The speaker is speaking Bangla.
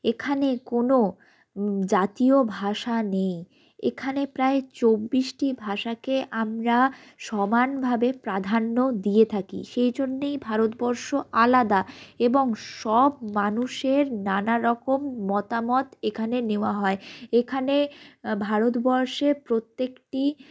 এখানে কোনো জাতীয় ভাষা নেই এখানে প্রায় চব্বিশটি ভাষাকে আমরা সমানভাবে প্রাধান্য দিয়ে থাকি সেই জন্যেই ভারতবর্ষ আলাদা এবং সব মানুষের নানারকম মতামত এখানে নেওয়া হয় এখানে ভারতবর্ষে প্রত্যেকটি